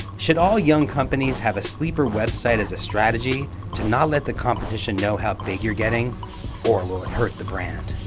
should all young companies have a sleeper website as a strategy to not let the competition know how big you're getting or will it hurt the brand?